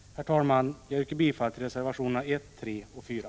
Herr talman! Jag yrkar bifall till reservationerna 1, 3 och 4.